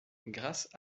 grâce